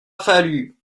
fallu